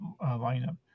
lineup